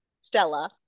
Stella